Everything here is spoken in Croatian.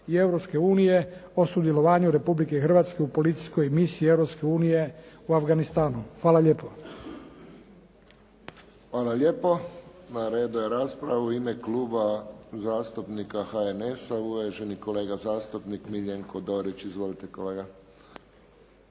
unije o sudjelovanju Republike Hrvatske u policijskoj misiji Europske unije u Afganistanu. Hvala lijepo. **Friščić, Josip (HSS)** Hvala lijepo. Na redu je rasprava u ime Kluba zastupnika HNS-a, uvaženi kolega zastupnik Miljenko Dorić. Izvolite kolega.